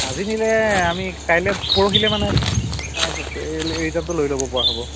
আজি নিলে আমি কাইলৈ পৰহিলৈ মানে এই ৰিটাৰ্ণটো লৈ ল'বপৰা হ'ব